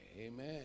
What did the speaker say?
Amen